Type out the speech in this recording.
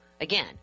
again